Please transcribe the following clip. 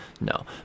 No